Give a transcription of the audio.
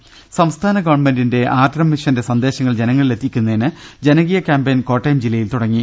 രുട്ടിട്ടിട്ടിട സംസ്ഥാന ഗവൺമെന്റിന്റെ ആർദ്രം മിഷന്റെ സന്ദേശങ്ങൾ ജനങ്ങളി ലെത്തിക്കുന്നതിന് ജനകീയ കാമ്പയിൻ കോട്ടയം ജില്പയിൽ തുടങ്ങി